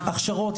הכשרות,